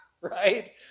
right